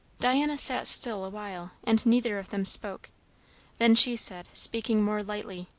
diana sat still awhile and neither of them spoke then she said, speaking more lightly